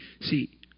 See